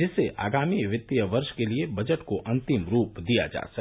जिससे आगामी वित्तीय वर्ष के लिए बजट को अंतिम रूप दिया जा सके